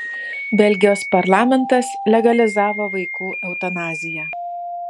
belgijos parlamentas legalizavo vaikų eutanaziją